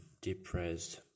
depressed